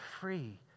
free